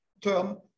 term